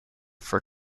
for